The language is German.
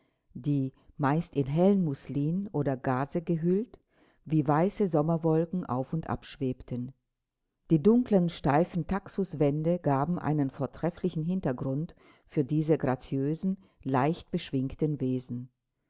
die meist in hellen musselin oder gaze gehüllt wie weiße sommerwolken auf und ab schwebten die dunklen steifen taxuswände gaben einen vortrefflichen hintergrund für diese graziösen leichtbeschwingten wesen